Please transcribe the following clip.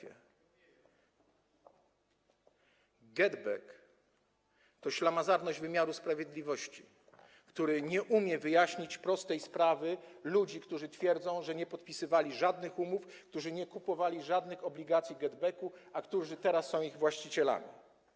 GetBack to ślamazarność wymiaru sprawiedliwości, który nie umie wyjaśnić prostej sprawy ludzi, którzy twierdzą, że nie podpisywali żadnych umów, nie kupowali żadnych obligacji GetBack, a teraz są ich właścicielami.